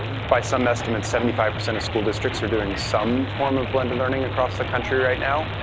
by some estimates, seventy five percent of school districts are doing some form of blended learning across the country right now.